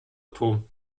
toom